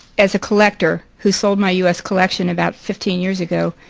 as a collector who sold my u s. collection about fifteen years ago,